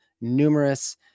Numerous